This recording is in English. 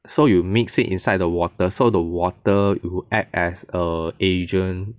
so you mix it inside the water so the water it would act as a agent